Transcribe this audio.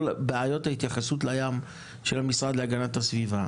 בעיות ההתייחסות לים של המשרד להגנת הסביבה,